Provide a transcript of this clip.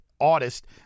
artist